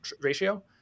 ratio